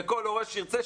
וכל הורה שירצה,